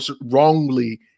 wrongly